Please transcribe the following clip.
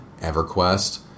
EverQuest